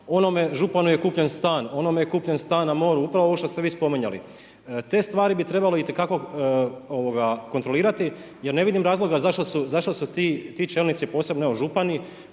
onome županu je kupljen stan, onome je kupljen stan na moru, upravo ovo što ste vi spominjali. Te stvari bi trebalo itekako kontrolirati jer ne vidim razloga zašto su ti čelnici posebno evo župani